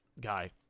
guy